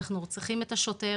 אנחנו צריכים את השוטרת,